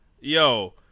Yo